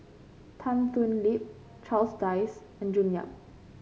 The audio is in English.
Tan Thoon Lip Charles Dyce and June Yap